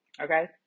Okay